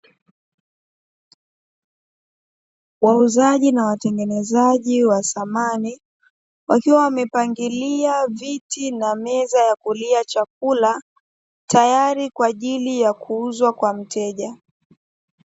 Wauzaji na watengenezaji wa samani, wakiwa wamepangilia viti na meza ya kulia chakula, tayari kwa ajili ya kuuzwa kwa mteja.